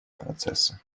процесса